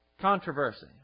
controversy